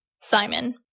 Simon